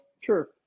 Sure